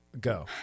Go